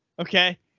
Okay